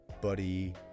Buddy